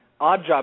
Oddjob